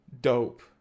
dope